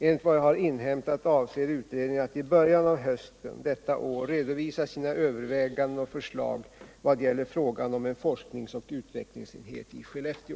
Enligt vad jag har inhämtat avser utredningen att i början av hösten detta år redovisa sina överväganden och förslag vad gäller frågan om en forskningsoch utvecklingsenhet i Skellefteå.